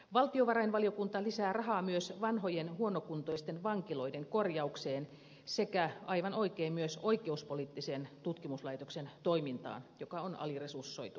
valtiovarainvaliokunta lisää rahaa myös vanhojen huonokuntoisten vankiloiden korjaukseen sekä aivan oikein myös oikeuspoliittisen tutkimuslaitoksen toimintaan joka on aliresursoitua